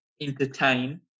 entertain